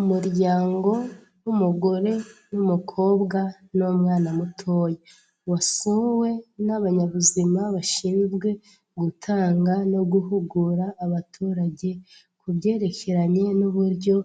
Umuryango w'umugore n'umukobwa n'umwana mutoya, wasuwe n'abanyabuzima bashinzwe gutanga no guhugura abaturage ku byerekeranye n'uburyo